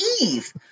eve